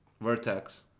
Vertex